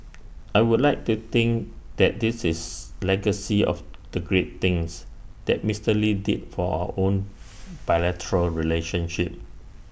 I would like to think that this is legacy of the great things that Mister lee did for our own bilateral relationship